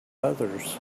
others